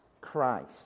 Christ